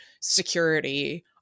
security